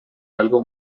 algo